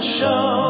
show